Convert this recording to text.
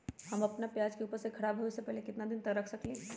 हम अपना प्याज के ऊपज के खराब होबे पहले कितना दिन तक रख सकीं ले?